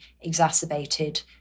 exacerbated